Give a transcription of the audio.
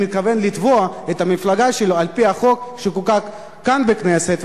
אני מתכוון לתבוע את המפלגה שלו על-פי החוק שחוקק כאן בכנסת.